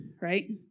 right